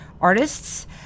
artists